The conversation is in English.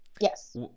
Yes